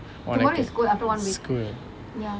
what is school